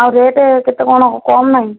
ଆଉ ରେଟ୍ କେତେ କ'ଣ କମ୍ ନାହିଁ